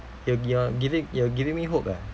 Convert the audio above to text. you you're giving you're giving me hope leh